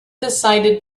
decided